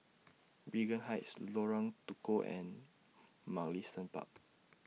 Regent Heights Lorong Tukol and Mugliston Park